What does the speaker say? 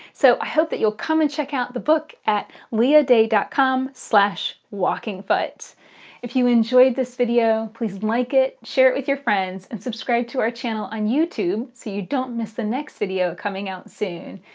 so i hope that you'll come and check out the book at leahday dot com slash walkingfoot if you enjoyed this video please like it, share it with your friends, and subscribe to our channel on youtube so you don't miss the next video coming out soon.